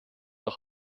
doch